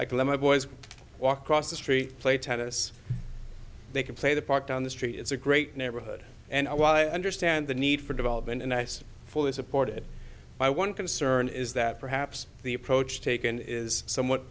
can let my boys walk cross the street play tennis they can play the park down the street it's a great neighborhood and while i understand the need for development and i see fully supported by one concern is that perhaps the approach taken is somewhat